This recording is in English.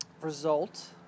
result